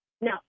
No